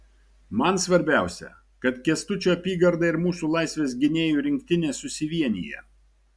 man svarbiausia kad kęstučio apygarda ir mūsų laisvės gynėjų rinktinė susivienija